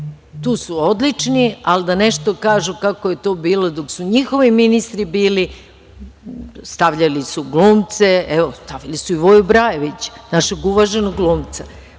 tu su odlični, ali da nešto kažu kako je to bilo dok su njihovi ministri bili, stavljali su glumce, evo stavili su i Voju Brajevića, našeg uvaženog glumca,